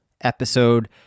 episode